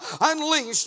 unleashed